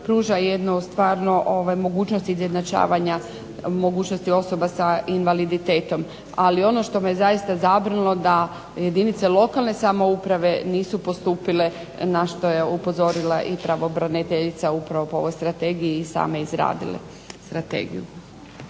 pruža jednu stvarno mogućnost izjednačavanja mogućnosti osoba s invaliditetom. Ali ono što me je zaista zabrinulo da jedinice lokalne samouprave nisu postupile na što je upozorila i pravobraniteljica upravo po ovoj strategiji i sama izradila strategiju.